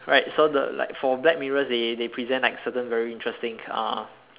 right so the like for black mirrors they they present like certain very interesting uh